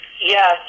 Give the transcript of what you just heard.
Yes